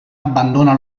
abbandona